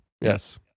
yes